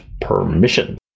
permission